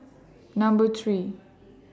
Number three